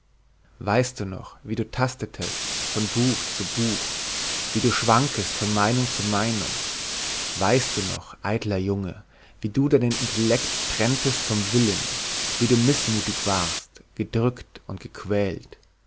weißt du noch wie du tastetest von buch zu buch wie du schwanktest von meinung zu meinung weißt du noch eitler junge wie du deinen intellekt trenntest vom willen wie du mißmutig warst gedrückt und gequält